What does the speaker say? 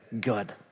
Good